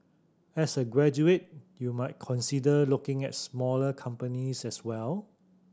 as a graduate you might consider looking at smaller companies as well